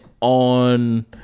on